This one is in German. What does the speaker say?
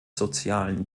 sozialen